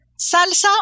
salsa